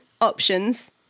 options